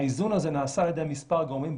האיזון הזה נעשה על ידי מספר גורמים,